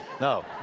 No